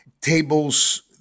tables